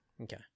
Okay